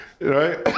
Right